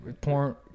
porn